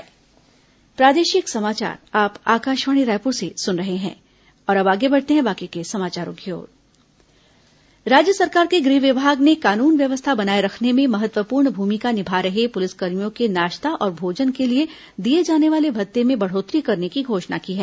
पुलिसकर्मी नाश्ता भोजन दर राज्य सरकार के गृह विभाग ने कानून व्यवस्था बनाए रखने में महत्वपूर्ण भूमिका निभा रहे पुलिसकर्मियों के नाश्ता और भोजन के लिए दिए जाने वाले भत्ते में बढ़ोत्तरी करने की घोषणा की है